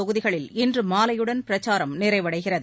தொகுதிகளில் இன்று மாலையுடன் பிரச்சாரம் நிறைவடைகிறது